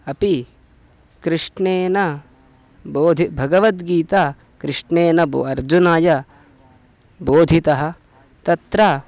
अपि कृष्णेन बोधि भगवद्गीता कृष्णेन बो अर्जुनाय बोधिता तत्र